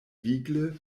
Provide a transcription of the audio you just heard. vigle